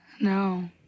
No